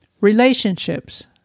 relationships